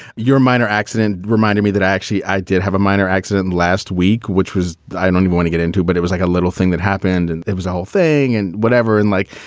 your miner accident reminded me that actually i did have a minor accident last week, which was i don't even want to get into, but it was like a little thing that happened and it was a whole thing and whatever. and like,